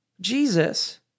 Jesus